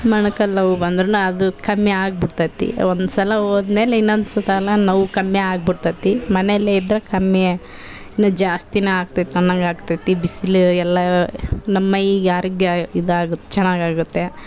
ಮೊಣ್ಕಾಲು ನೋವು ಬಂದ್ರೆ ನಾ ಅದು ಕಮ್ಮಿ ಆಗ್ಬಿಡ್ತದೆ ಒಂದು ಸಲ ಹೋದ್ಮೇಲ್ ಇನ್ನೊಂದು ಸಲ ನೋವು ಕಮ್ಮಿ ಆಗ್ಬಿಡ್ತದೆ ಮನೇಲೆ ಇದ್ರೆ ಕಮ್ಮಿ ಇನ್ನು ಜಾಸ್ತಿನೆ ಆಗ್ತದೆ ಅಂನ್ನೊಂಗೆ ಆಗ್ತದೆ ಬಿಸ್ಲಿಗೆ ಎಲ್ಲಾ ನಮ್ಮ ಮೈ ಯಾರಿಗೆ ಇದಾಗತ್ತೆ ಚೆನ್ನಾಗಾಗತ್ತೆ